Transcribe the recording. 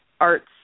arts